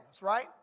right